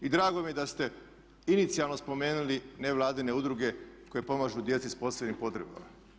I drago mi je da ste inicijalno spomenuli nevladine udruge koje pomažu djeci s posebnim potrebama.